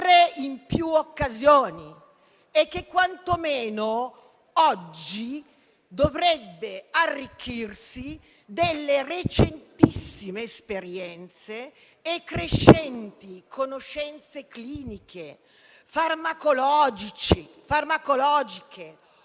un piano antipandemia, che quantomeno oggi dovrebbe arricchirsi delle recentissime esperienze e delle crescenti conoscenze cliniche, farmacologiche